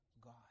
God